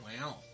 Wow